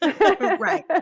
right